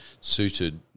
suited